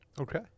Okay